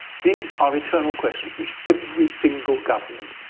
these are eternal questions, which every single government,